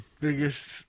biggest